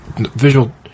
Visual